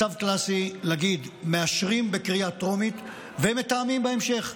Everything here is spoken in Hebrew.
מצב קלאסי להגיד: מאשרים בקריאה טרומית ומתאמים בהמשך.